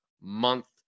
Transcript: month